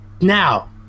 Now